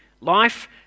Life